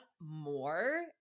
more